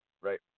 right